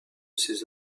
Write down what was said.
ces